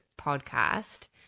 podcast